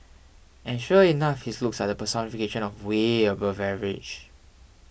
and sure enough his looks are the personification of way above average